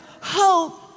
hope